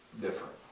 different